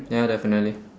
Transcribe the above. ya definitely